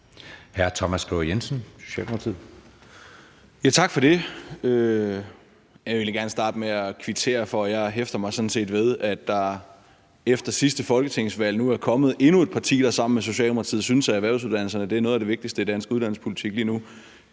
11:12 Thomas Skriver Jensen (S): Tak for det. Jeg vil egentlig gerne starte med at kvittere for noget. Jeg hæfter mig sådan set ved, at der efter sidste folketingsvalg nu er kommet endnu et parti, der sammen med Socialdemokratiet synes, at erhvervsuddannelserne er noget af det vigtigste i dansk uddannelsespolitik lige nu.